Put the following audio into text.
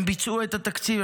הם ביצעו את התקציב,